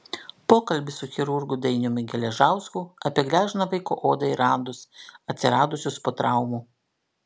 pokalbis su chirurgu dainiumi geležausku apie gležną vaiko odą ir randus atsiradusius po traumų